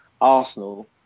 Arsenal